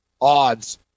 odds